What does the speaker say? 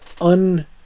un-